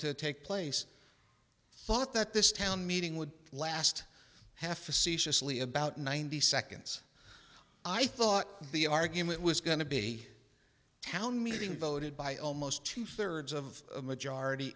to take place thought that this town meeting would last half a season asli about ninety seconds i thought the argument was going to be a town meeting voted by almost two thirds of majority